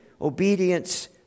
obedience